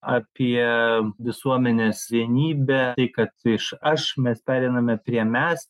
apie visuomenės vienybę tai kad iš aš mes pereiname prie mes